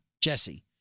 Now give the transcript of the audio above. Jesse